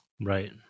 Right